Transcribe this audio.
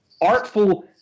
artful